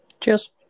Cheers